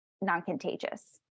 non-contagious